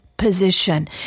position